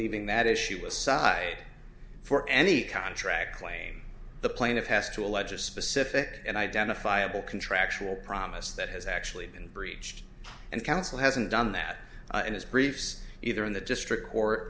leaving that issue aside for any contract claim the plaintiff has to allege a specific and identifiable contractual promise that has actually been breached and counsel hasn't done that in his briefs either in the district court